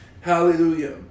Hallelujah